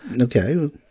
Okay